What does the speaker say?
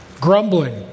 Grumbling